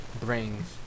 brings